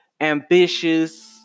ambitious